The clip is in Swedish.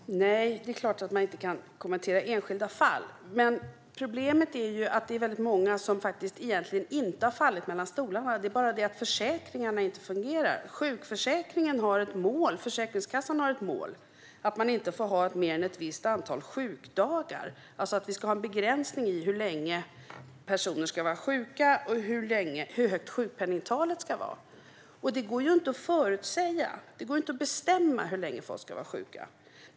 Fru talman! Det är klart att man inte kan kommentera enskilda fall. Problemet är att det är väldigt många som egentligen inte har fallit mellan stolarna utan att försäkringarna inte fungerar. Försäkringskassan har ett mål att man inte får ha mer än ett visst antal sjukdagar, alltså att vi ska ha en begränsning i hur länge personer ska vara sjuka och hur högt sjukpenningtalet ska vara. Men det går inte att förutsäga, det går inte att bestämma, hur länge folk ska vara sjuka.